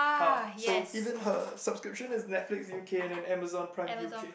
!huh! so even her subscription is Netflix U_K and then Amazon Prime U_K